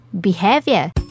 behavior